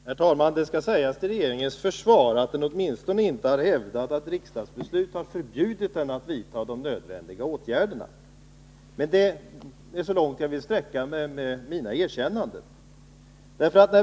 Herr talman! Det skall sägas till regeringens försvar att den åtminstone inte har hävdat att riksdagsbeslut har förbjudit dem att vidta de nödvändiga åtgärderna. Men det är så långt jag vill sträcka mig i fråga om erkännanden.